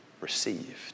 received